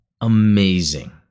amazing